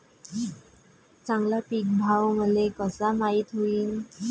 चांगला पीक भाव मले कसा माइत होईन?